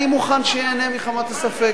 אני מוכן שייהנה מחמת הספק.